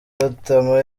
rutamu